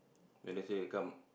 then they say come